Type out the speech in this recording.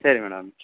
சரி மேடம்